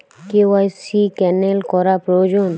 KYC cancel করা প্রয়োজন?